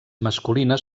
masculines